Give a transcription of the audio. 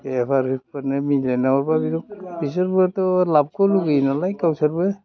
बेफारिफोरनो मिलायना हरब्ला बिसोरबोथ' लाबखौ लुबैयो नालाय गावसोरबो